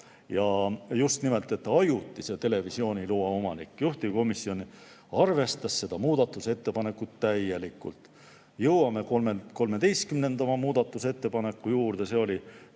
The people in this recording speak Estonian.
Ja just nimelt: ajutise televisiooniloa omanik. Juhtivkomisjon arvestas seda muudatusettepanekut täielikult. Jõuame 13. muudatusettepaneku juurde, see oli